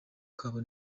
kabo